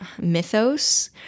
mythos